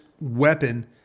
weapon